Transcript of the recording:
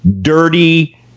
dirty